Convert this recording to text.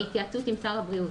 בהתייעצות עם שר הבריאות.